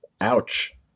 Ouch